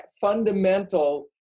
fundamental